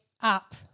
up